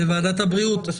היא שייכת לוועדת הבריאות.